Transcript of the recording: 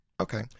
okay